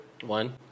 One